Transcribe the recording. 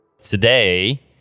Today